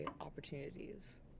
opportunities